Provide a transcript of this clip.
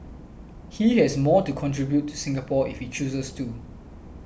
he has more to contribute to Singapore if he chooses to